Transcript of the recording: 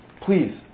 Please